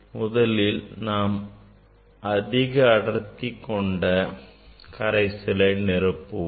முதலில் நாம் அதிக அடர்த்தி கொண்ட கரைசலை நிரப்புவோம்